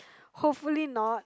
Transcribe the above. hopefully not